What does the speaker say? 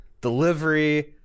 delivery